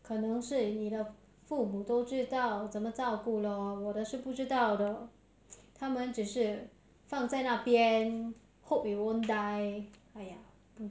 可能是你的父母都知道怎么照顾 lor 我的是不知道的他们只是放在那边 hope they won't die !aiya!